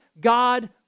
God